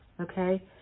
okay